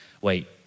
Wait